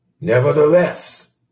Nevertheless